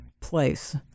place